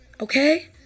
Okay